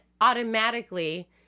automatically